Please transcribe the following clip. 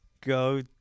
go